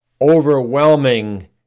overwhelming